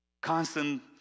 constant